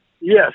yes